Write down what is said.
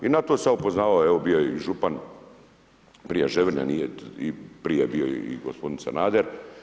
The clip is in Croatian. I na to sam ja upozoravao, evo bio je župan prije Ževrnja nije i prije je bio i gospodin Sanader.